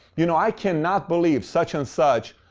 you know i cannot believe such and such,